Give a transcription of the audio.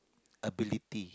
ability